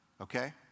Okay